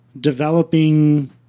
developing